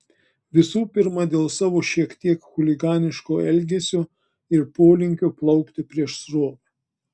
visų pirma dėl savo šiek tiek chuliganiško elgesio ir polinkio plaukti prieš srovę